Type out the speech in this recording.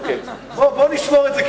בוא נשמור את זה,